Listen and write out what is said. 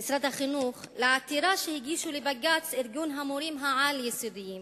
החינוך לעתירה שהגישו לבג"ץ ארגון המורים העל-יסודיים